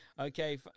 okay